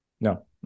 No